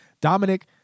Dominic